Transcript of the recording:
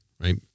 right